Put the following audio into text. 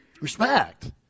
Respect